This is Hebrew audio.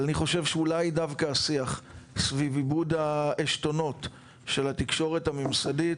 אבל אני חושב שאולי דווקא השיח סביב איבוד העשתונות של התקשורת הממסדית,